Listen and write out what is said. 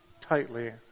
tightly